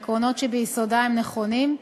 העקרונות שביסודה הם נכונים,